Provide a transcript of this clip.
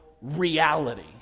reality